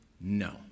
no